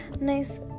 Nice